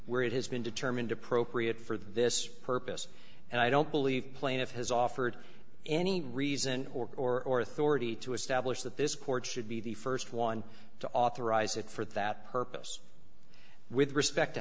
where it has been determined appropriate for this purpose and i don't believe plaintiff has offered any reason or thora he to establish that this court should be the st one to authorize it for that purpose with respect to